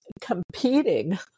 competing